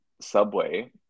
subway